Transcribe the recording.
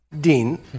Dean